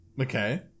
okay